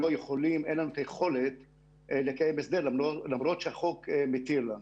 אין את היכולת לקיים הסדר למרות שהחוק מתיר לנו.